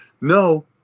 No